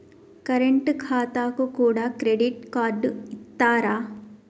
Current ఖాతాకు కూడా credit card ఇత్తరా?